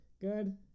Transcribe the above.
Good